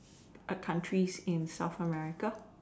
countries in South America